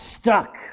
stuck